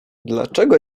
dlaczego